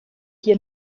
hier